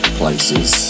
places